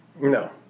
No